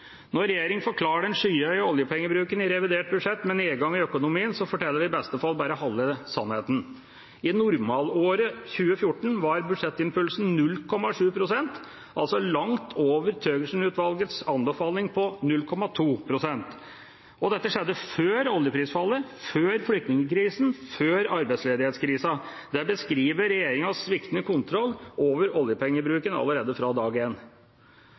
Når regjeringa forklarer den skyhøye oljepengebruken i revidert budsjett med nedgang i økonomien, forteller den i beste fall bare halve sannheten. I normalåret 2014 var budsjettimpulsen 0,7 pst., altså langt over Thøgersen-utvalgets anbefaling på 0,2 pst. Dette skjedde før oljeprisfallet, før flyktningkrisen, før arbeidsledighetskrisen. Det beskriver regjeringas sviktende kontroll over oljepengebruken allerede fra dag